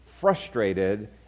frustrated